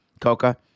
coca